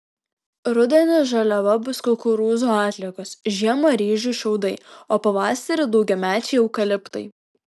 rudenį žaliava bus kukurūzų atliekos žiemą ryžių šiaudai o pavasarį daugiamečiai eukaliptai